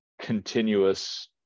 continuous